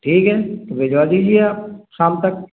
ठीक है तो भिजवा दीजिए आप शाम तक